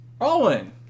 Owen